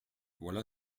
voilà